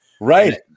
Right